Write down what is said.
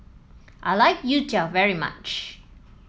I like Youtiao very much